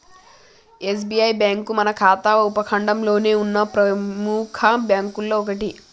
SBI bank మన భారత ఉపఖండంలోనే ఉన్న ప్రెముఖ బ్యేంకుల్లో ఒకటి